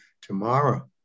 tomorrow